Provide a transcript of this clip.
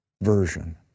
version